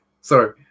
Sorry